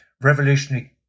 Revolutionary